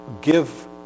give